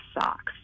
socks